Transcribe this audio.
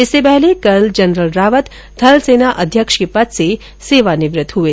इससे पहले कल जनरल रावत थल सेना अध्यक्ष के पद से सेवानिवृत्त हुए